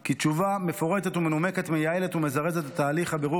כי "תשובה מפורטת ומנומקת מייעלת ומזרזת את תהליך הבירור